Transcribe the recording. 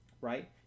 right